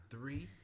Three